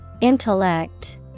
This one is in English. Intellect